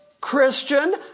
Christian